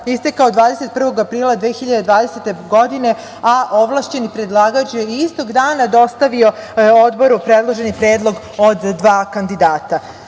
istekao 21. aprila 2020. godine, a ovlašćeni predlagač je istog dana dostavio Odboru predloženi predlog od dva kandidata. Lista